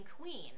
queen